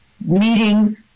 Meeting